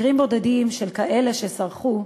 מקרים בודדים של כאלה שסרחו,